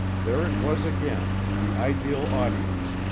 there it was again, the ideal audience,